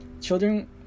Children